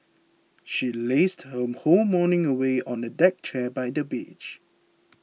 she lazed her whole morning away on a deck chair by the beach